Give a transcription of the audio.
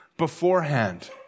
beforehand